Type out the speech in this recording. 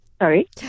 Sorry